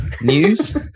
news